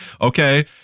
okay